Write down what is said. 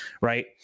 right